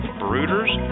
brooders